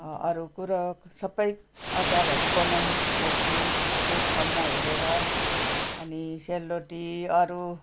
अरू कुरो सबै अचारहरू बनाउन सिकेको छु त्यही फोनमा हेरर अनि सेलरोटी अरू